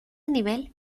nivel